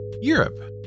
Europe